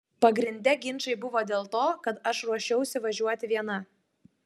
pagrinde ginčai buvo dėl to kad aš ruošiausi važiuoti viena